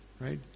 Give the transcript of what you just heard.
right